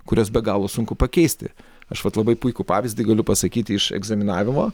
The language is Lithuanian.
kuriuos be galo sunku pakeisti aš vat labai puikų pavyzdį galiu pasakyti iš egzaminavimo